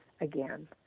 again